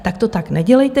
Tak to tak nedělejte.